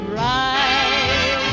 right